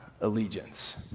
allegiance